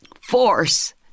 force